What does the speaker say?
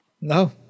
No